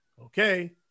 okay